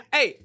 Hey